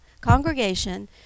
congregation